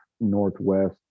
Northwest